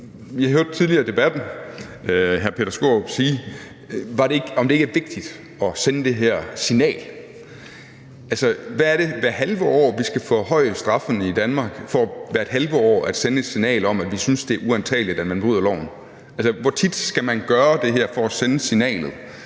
Peter Skaarup spørge, om det ikke er vigtigt at sende det her signal. Men er det hvert halve år, vi skal forhøje straffen i Danmark, for hvert halve år at sende et signal om, at vi synes, det er uantageligt, at man bryder loven? Altså, hvor tit skal man gøre det her for at sende signalet?